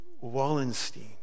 Wallenstein